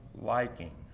liking